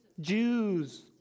Jews